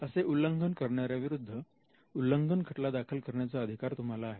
असे उल्लंघन करणार्याविरुद्ध उल्लंघन खटला दाखल करण्याचा अधिकार तुम्हाला आहे